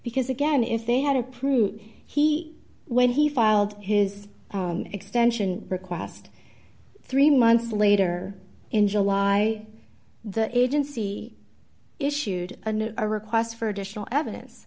because again if they had approved he when he filed his extension request three months later in july the agency issued a new a request for additional evidence